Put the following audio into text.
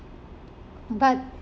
but